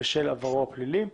בשל עברו הפלילי.